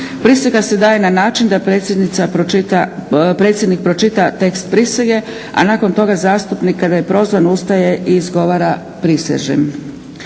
Prisega se daje na način da predsjednik pročita tekst prisege a nakon toga zastupnika da je prozvan ustaje i izgovara prisežem.